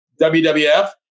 WWF